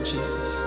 Jesus